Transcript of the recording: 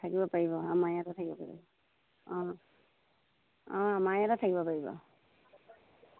থাকিব পাৰিব অঁ আমাৰ ইয়াতে থাকিব পাৰিব অঁ অঁ আমাৰ ইয়াতে থাকিব পাৰিব